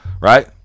Right